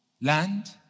land